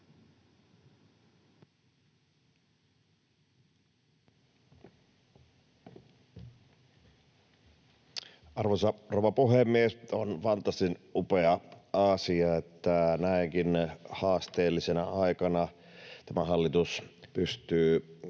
Arvoisa rouva puhemies! On fantastisen upea asia, että näinkin haasteellisena aikana tämä hallitus pystyy